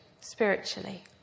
spiritually